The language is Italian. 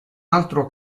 altro